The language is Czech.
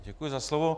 Děkuji za slovo.